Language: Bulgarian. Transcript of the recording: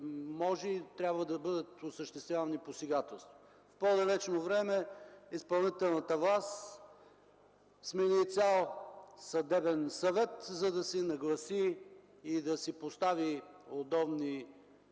може и трябва да бъдат осъществявани посегателства. В по-далечно време изпълнителната власт смени цял съдебен съвет, за да си нагласи и да си постави удобни